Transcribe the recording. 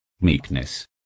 meekness